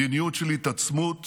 מדיניות של התעצמות